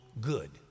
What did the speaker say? good